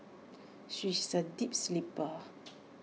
she is A deep sleeper